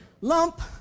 lump